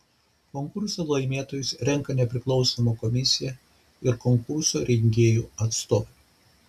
konkurso laimėtojus renka nepriklausoma komisija ir konkurso rengėjų atstovai